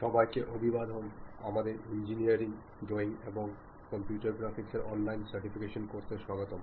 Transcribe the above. সবাইকে অভিবাদন আমাদের ইঞ্জিনিয়ারিং ড্রয়িং এবং কম্পিউটার গ্রাফিক্স এর অনলাইন সার্টিফিকেশন কোর্সে স্বাগতম